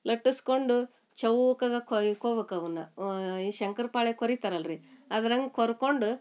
ಲಟ್ಟಿಸ್ಕೊಂಡು ಚೌಕಗೆ ಕೊಯ್ಕೋಬೇಕ್ ಅವನ್ನು ಈ ಶಂಕರ್ಪೊಳೆ ಕೊರಿತಾರಲ್ಲ ರೀ ಅದ್ರಂಗೆ ಕೊರ್ಕೊಂಡು